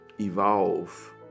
evolve